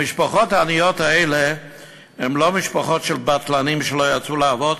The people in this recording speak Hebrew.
המשפחות העניות האלה הן לא משפחות של בטלנים שלא יצאו לעבוד,